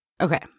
Okay